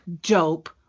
dope